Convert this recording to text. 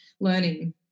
learning